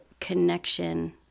connection